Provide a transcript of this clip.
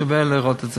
שווה לראות את זה.